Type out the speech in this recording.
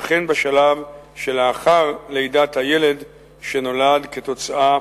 וכן בשלב שלאחר לידת הילד שנולד כתוצאה